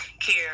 care